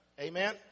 Amen